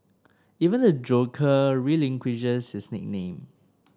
even the Joker relinquishes his nickname